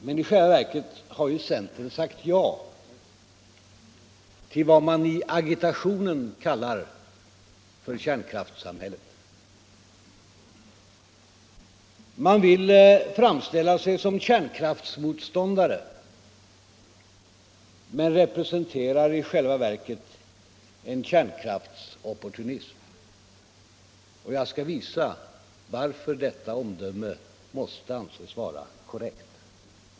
Men i själva verket har centern sagt ja till vad man i agitationen kallar för kärnkraftssamhället. Man vill framställa sig som kärnkraftsmotståndare men representerar i själva verket en kärnkraftsopportunism. Jag skall visa varför detta omdöme måste anses vara korrekt.